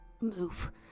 move